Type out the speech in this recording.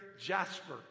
jasper